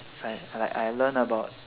like like I learn about